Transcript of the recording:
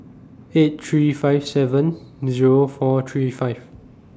eight three five seven Zero four three five